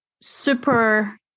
super